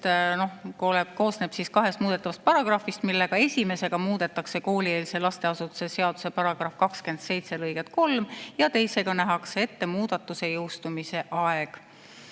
koosneb kahest muudetavast paragrahvist. Esimesega muudetakse koolieelse lasteasutuse seaduse § 27 lõiget 3 ja teisega nähakse ette muudatuse jõustumise aeg.